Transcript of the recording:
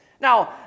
Now